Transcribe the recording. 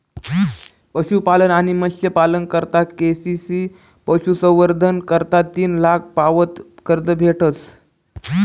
पशुपालन आणि मत्स्यपालना करता के.सी.सी पशुसंवर्धन करता तीन लाख पावत कर्ज भेटस